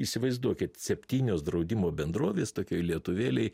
įsivaizduokit septynios draudimo bendrovės tokioj lietuvėlėj